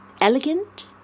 Elegant